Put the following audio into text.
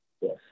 Yes